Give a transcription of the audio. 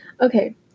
Okay